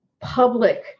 public